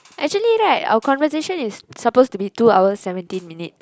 actually right our conversation is supposed to be two hours seventeen minutes